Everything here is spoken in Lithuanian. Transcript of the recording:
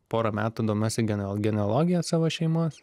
porą metų domiuosi genelogi genealogija savo šeimos